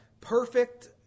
perfect